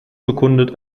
bekundet